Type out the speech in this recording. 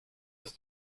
ist